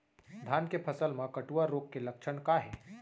धान के फसल मा कटुआ रोग के लक्षण का हे?